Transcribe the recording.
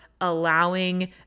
allowing